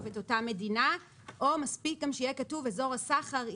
את אותה מדינה או מספיק גם שיהיה כתוב אזור הסחר,